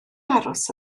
aros